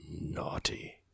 Naughty